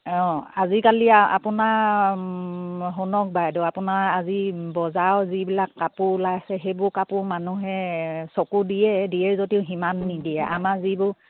অঁ আজিকালি আপোনাৰ শুনক বাইদেউ আপোনাৰ আজি বজাৰৰ যিবিলাক কাপোৰ ওলাইছে সেইবোৰ কাপোৰ মানুহে চকু দিয়ে দিয়ে যদিও সিমান নিদিয়ে আমাৰ যিবোৰ